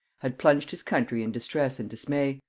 had plunged his country in distress and dismay,